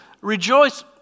rejoice